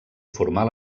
formar